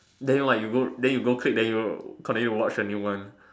then what you go then you go click then you continue to watch a new one